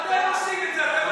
אתם עושים את זה.